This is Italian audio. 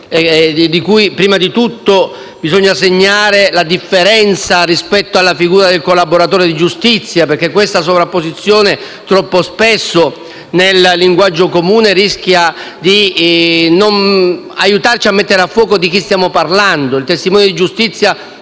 vita. Innanzitutto occorre segnare la differenza tra costoro e la figura del collaboratore di giustizia, perché questa sovrapposizione troppo spesso, nel linguaggio comune, rischia di non aiutarci a mettere a fuoco di chi stiamo parlando. Il testimone di giustizia